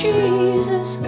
Jesus